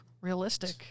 realistic